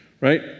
Right